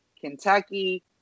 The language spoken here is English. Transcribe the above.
Kentucky